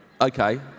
Okay